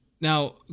Now